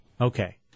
Okay